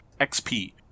XP